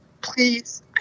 Please